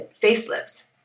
facelifts